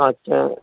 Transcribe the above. अछा